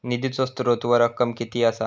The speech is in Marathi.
निधीचो स्त्रोत व रक्कम कीती असा?